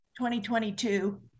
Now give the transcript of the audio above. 2022